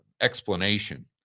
explanation